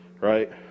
Right